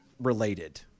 related